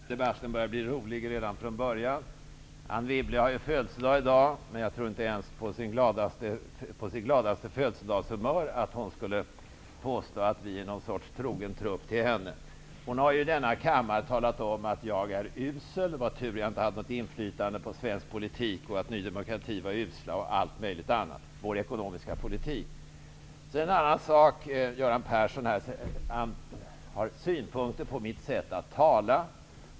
Fru talman! Den här debatten är rolig redan från början. Anne Wibble har födelsedag i dag. Men jag tror inte ens att hon med sitt gladaste födelsedagshumör skulle påstå att Ny demokrati är hennes trogna trupp. Hon har i denna kammare sagt att jag är usel, att det är tur att Ny demokrati inte har något inflytande på svensk politik osv. Göran Persson har synpunkter på mitt sätt att tala.